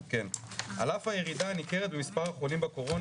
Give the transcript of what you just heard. אף הירידה הניכרת במספר החולים בקורונה,